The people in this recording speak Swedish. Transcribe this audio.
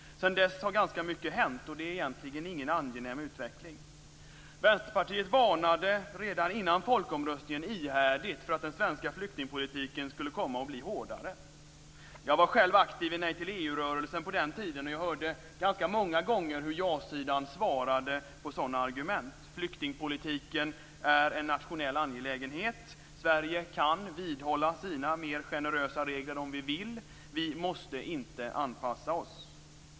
Sedan dess har ganska mycket hänt, och det är egentligen ingen angenäm utveckling. Vänsterpartiet varnade redan före folkomröstningen ihärdigt för att den svenska flyktingpolitiken skulle komma att bli hårdare. Själv var jag aktiv i Nej till EU-rörelsen på den tiden och hörde ganska många gånger hur jasidan svarade på sådana argument: Flyktingpolitiken är en nationell angelägenhet. Sverige kan vidhålla sina mer generösa regler om vi vill. Vi måste inte anpassa oss.